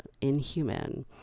inhuman